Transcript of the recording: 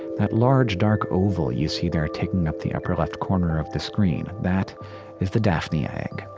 that large, dark oval you see there taking up the upper left corner of the screen, that is the daphnia egg.